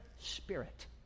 spirit